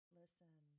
listen